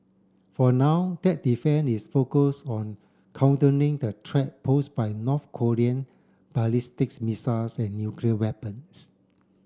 for now that defence is focus on countering the threat pose by North Korean ballistics missiles and nuclear weapons